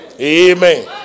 Amen